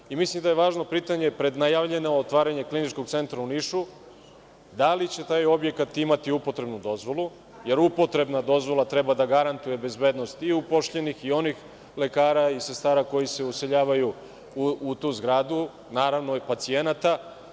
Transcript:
Takođe, mislim da je važno pitanje, pred najavljeno otvaranje Kliničkog centra u Nišu, da li će taj objekat imati upotrebnu dozvolu, jer upotrebna dozvola treba da garantuje bezbednost i upošljenih, i onih lekara i sestara koji se useljavaju u tu zgradu, naravno i pacijenata?